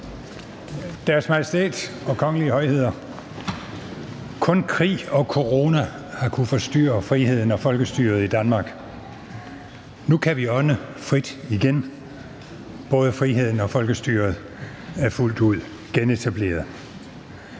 Deres Majestæt og Deres Kongelige Højheder. Kun krig og corona har kunnet forstyrre friheden og folkestyret i Danmark. Nu kan vi ånde frit igen; både friheden og folkestyret er fuldt ud genetableret.